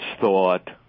thought